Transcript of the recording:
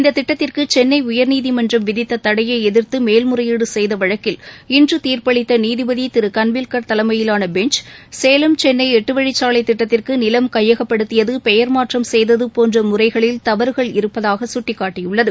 இந்த திட்டத்திற்கு சென்னை உயர்நீதிமன்றம் விதித்த தடையை எதிர்த்து மேல் முறையீடு செய்த வழக்கில் இன்று தீர்ப்பளித்த நீதிபதி திரு கான்வில்கர் தலைமையிலான பெஞ்ச் சேலம் சென்னை எட்டு வழிச்சாலைத் திட்டத்திற்கு நிலம் கையப்படுத்தியது பெயர் மாற்றம் செய்தது போன்ற முறைகளில் தவறுகள் இருப்பதாக சுட்டிக்காட்டியுள்ளது